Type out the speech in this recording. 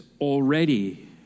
already